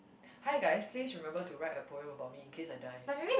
hi guys please remember to write a poem about me in case I die